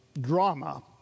drama